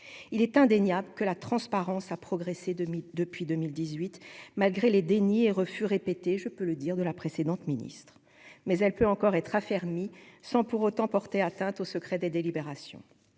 il est indéniable que la transparence, a progressé de 1000 depuis 2018 malgré les dénis refus répétés, je peux le dire de la précédente ministre mais elle peut encore être raffermi sans pour autant porter atteinte au secret des délibérations